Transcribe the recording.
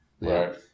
Right